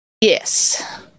Yes